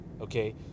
okay